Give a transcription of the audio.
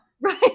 Right